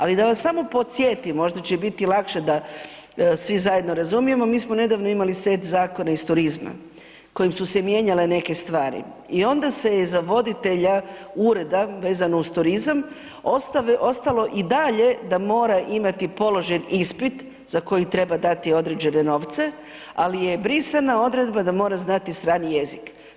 Ali da vas samo podsjetim, možda će biti lakše da svi zajedno razumijemo, mi smo nedavno imali set zakona iz turizma kojim su se mijenjale neke stvari i onda se je za voditelja ureda vezano uz turizam ostalo i dalje da mora imati položen ispit za koji treba dati određene novce, ali je brisana odredba da mora znati strani jezik.